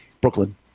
Brooklyn